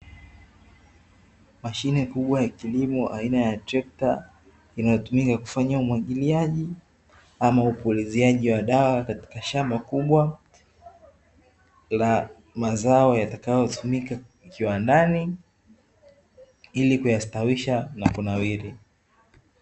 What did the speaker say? Mashine kubwa ya kilimo aina ya trekta inayotumika kufanya umwagiliaji, ama upuliziaji wa dawa katika shamba kubwa la mazao yatakayotumika kiwandani, ili kuyastawisha na kunawiri.